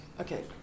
okay